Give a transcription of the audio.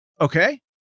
Okay